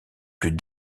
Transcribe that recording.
plus